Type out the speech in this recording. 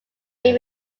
may